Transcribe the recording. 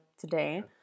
today